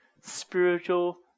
spiritual